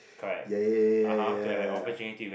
ya ya ya ya ya ya ya